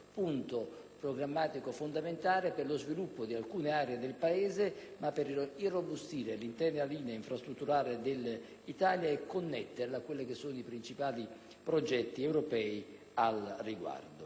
punto programmatico fondamentale per lo sviluppo di alcune aree del Paese, per irrobustire l'intera linea infrastrutturale d'Italia e per connetterla ai principali progetti europei al riguardo.